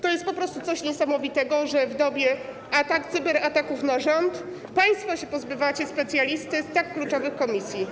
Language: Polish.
To jest po prostu coś niesamowitego, że w dobie cyberataków na rząd państwo pozbywacie się specjalisty z tak kluczowej komisji.